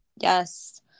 Yes